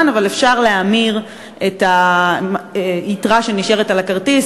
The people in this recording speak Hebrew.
אבל אפשר להמיר את היתרה שנשארת על הכרטיס,